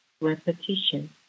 Repetition